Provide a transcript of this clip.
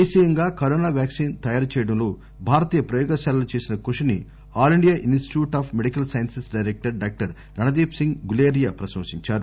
దేశీయంగా corona vaccine తయారు చేయడంలో భారతీయ ప్రయోగశాలలు చేసిన కృషిని all India institute of medical sciences director doctor Randeep Singh Guleria ప్రశంసించారు